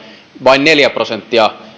vain neljä prosenttia